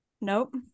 Nope